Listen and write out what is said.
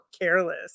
careless